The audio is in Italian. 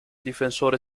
difensore